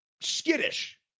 skittish